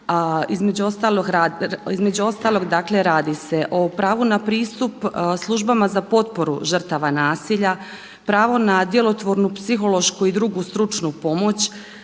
Između ostalog, dakle radi se o pravu na pristup službama za potporu žrtava nasilja, pravo na djelotvornu psihološku i drugu stručnu pomoć.